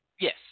Yes